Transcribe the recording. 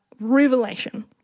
revelation